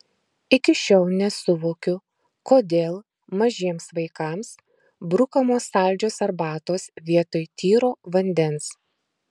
iki šiol nesuvokiu kodėl mažiems vaikams brukamos saldžios arbatos vietoj tyro vandens